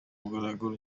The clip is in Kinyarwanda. mugaragaro